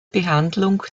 behandlung